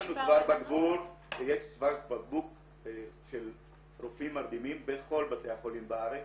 יש לנו צוואר בקבוק של רופאים מרדימים בכל בתי החולים בארץ.